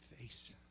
face